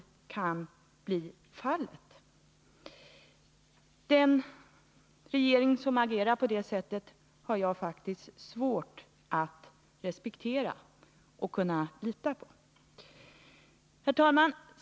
Den regering som agerar på det sättet har jag svårt för att respektera och lita på. Herr talman!